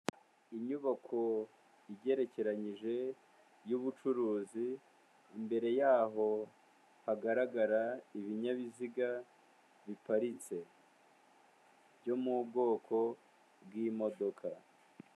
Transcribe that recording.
Inyubako igerekeranyije y'ubucuruzi, imbere y'aho hagaragara ibinyabiziga biparitse byo mu bwoko bw'imodoka.